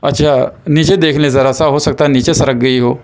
اچھا نیچے دیکھ لیں ذرا سا ہو سکتا ہے نیچے سرک گئی ہو